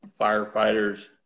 firefighters